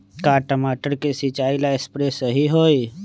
का टमाटर के सिचाई ला सप्रे सही होई?